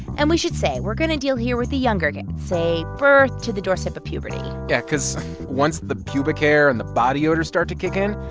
and we should say, we're going to deal here with the younger kids, say birth to the doorstep of puberty yeah, because once the pubic hair and the body odor start to kick in,